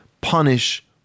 punish